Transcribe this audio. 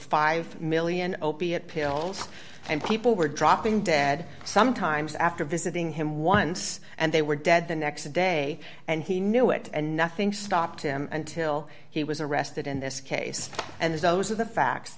five million opiate pills and people were dropping dead sometimes after visiting him once and they were dead the next day and he knew it and nothing stopped him until he was arrested in this case and those are the facts